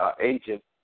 agent